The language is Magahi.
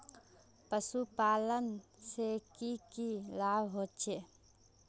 पशुपालन से की की लाभ होचे?